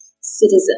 citizen